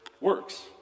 works